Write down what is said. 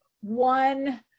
one